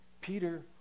Peter